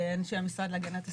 אנשי המשרד להגנת הסביבה.